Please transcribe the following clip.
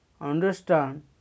understand